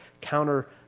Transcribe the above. counter